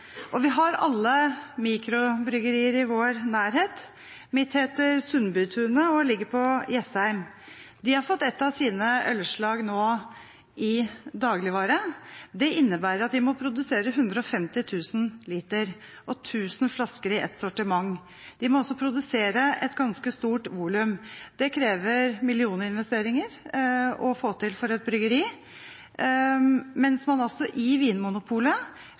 og vi har alle mikrobryggerier i vår nærhet. Mitt heter Sundbytunet og ligger på Jessheim. De har nå fått et av sine ølslag i dagligvarehandelen. Det innebærer at de må produsere 150 000 liter, og 1 000 flasker, i et sortiment. De må også produsere et ganske stort volum. Det krever millioninvesteringer å få til for et bryggeri, mens man i Vinmonopolet